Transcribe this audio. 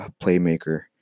playmaker